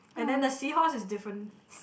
and then the seahorse is different